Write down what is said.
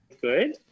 good